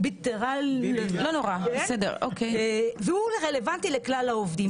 בילטרליים, והוא רלבנטי לכלל העובדים.